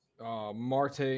Marte